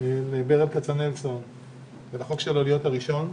לחוק ברל כצנלסון להיות ראשון.